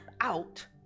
out